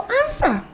answer